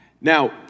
Now